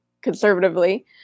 conservatively